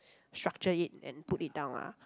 structure it and put it down ah